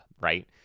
right